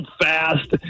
fast